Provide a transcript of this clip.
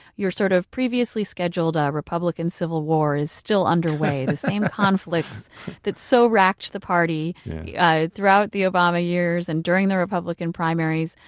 you're sort of previously scheduled ah republican civil war is still underway. the same conflicts that so wracked the party yeah throughout the obama years and during the republican primaries,